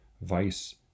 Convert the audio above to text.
vice